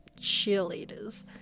cheerleaders